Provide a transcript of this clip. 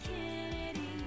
Kennedy